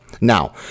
Now